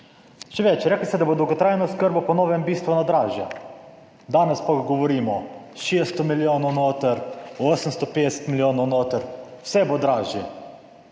Še več, rekli ste, da bo dolgotrajna oskrba po novem bistveno dražja. Danes pa govorimo 600 milijonov noter, 850 milijonov noter, vse bo dražje,